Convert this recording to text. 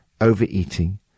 overeating